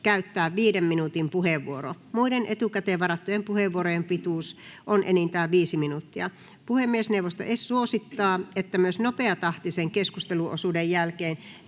käyttää 5 minuutin puheenvuoro. Muiden etukäteen varattujen puheenvuorojen pituus on enintään 5 minuuttia. Puhemiesneuvosto suosittaa, että myös nopeatahtisen keskusteluosuuden jälkeen